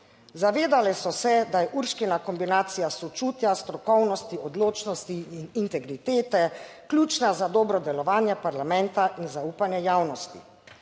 Zavedali so se, da je Urškina kombinacija sočutja, strokovnosti, odločnosti in integritete ključna za dobro delovanje parlamenta in zaupanje javnosti.